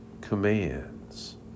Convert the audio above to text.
commands